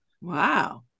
Wow